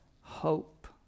hope